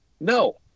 no